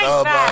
תודה רבה.